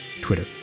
twitter